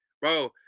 bro